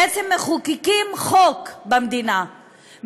בעצם מחוקקים חוק במדינה,